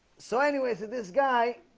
so anyway so this guy